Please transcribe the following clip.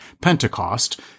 Pentecost